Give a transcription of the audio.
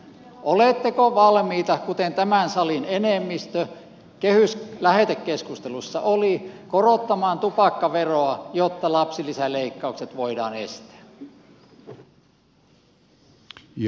oletteko valmiita kuten tämän salin enemmistö lähetekeskustelussa oli korottamaan tupakkaveroa jotta lapsilisäleikkaukset voidaan estää